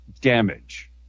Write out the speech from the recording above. damage